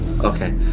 Okay